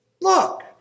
Look